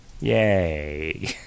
Yay